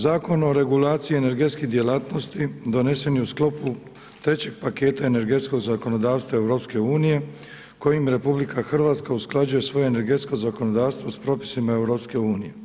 Zakon o regulaciji energetskih djelatnosti, donesen je u sklopu 3 paketa energetskog zakonodavstva EU, kojim RH, usklađuje svoje energetsko zakonodavstvo s propisima EU.